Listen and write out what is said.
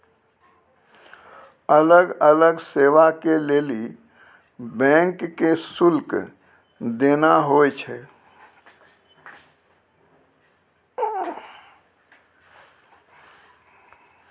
अलग अलग सेवा के लेली बैंक के शुल्क देना होय छै